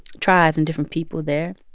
tribes and different people there